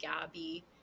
gabby